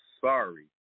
sorry